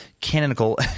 canonical